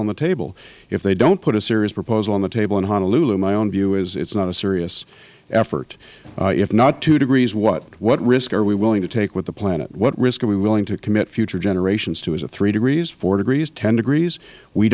on the table if they don't put a serious proposal on the table in honolulu my own view is it is not a serious effort if not two degrees what what risk are we willing to take with the planet what risk are we willing to commit future generations to is it three degrees four degrees ten degrees we